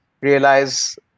Realize